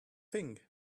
thing